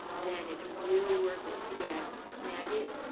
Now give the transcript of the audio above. then it's really worth it to get snagit.